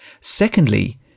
Secondly